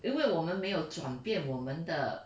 因为我们没有转变我们的